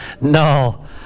No